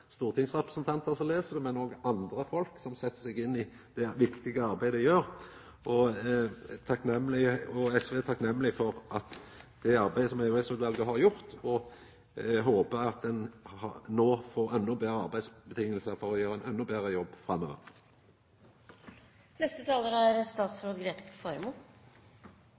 stortingsrepresentantar som les det, men òg at andre folk set seg inn i det viktige arbeidet dei gjer. SV er takknemleg for det EOS-utvalet har gjort, og håpar at ein no får endå betre arbeidsvilkår for å gjera ein endå betre jobb framover. Jeg er